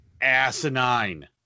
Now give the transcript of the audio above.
asinine